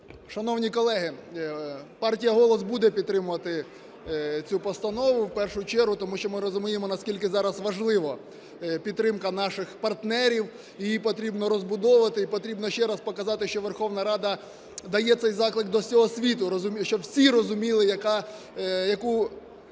Шановні колеги, партія "Голос" буде підтримувати цю постанову, в першу чергу, тому, що ми розуміємо, наскільки зараз важлива підтримка наших партнерів. Її потрібно розбудовувати і потрібно ще раз показати, що Верховна Рада дає цей заклик до всього світу, щоб всі розуміли, яку